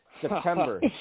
September